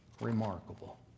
Remarkable